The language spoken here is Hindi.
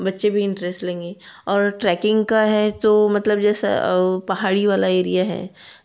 बच्चे भी इंटरेस्ट लेंगे और ट्रैकिंग का है तो मतलब जैसा पहाड़ी वाला एरिया है